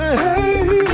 hey